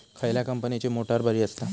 खयल्या कंपनीची मोटार बरी असता?